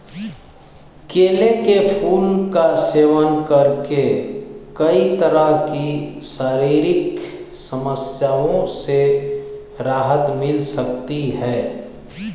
केले के फूल का सेवन करके कई तरह की शारीरिक समस्याओं से राहत मिल सकती है